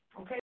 okay